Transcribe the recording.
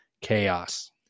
chaos